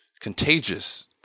contagious